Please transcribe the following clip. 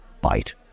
bite